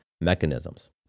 mechanisms